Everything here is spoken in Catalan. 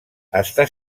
està